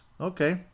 Okay